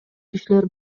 кишилер